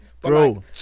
Bro